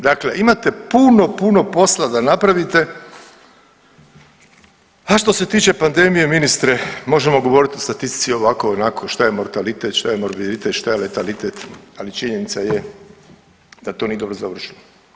Dakle, imate puno, puno posla da napravite, a što se tiče pandemije ministre možemo govoriti o statistici ovako onako, šta je mortalitet, šta je morbiditet, šta je letalitet, ali činjenica je da to nije dobro završilo.